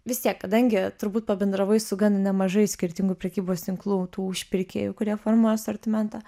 vis tiek kadangi turbūt pabendravai su gan nemažai skirtingų prekybos tinklų tų užpirkėjų kurie formuoja asortimentą